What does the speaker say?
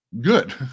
good